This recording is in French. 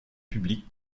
publique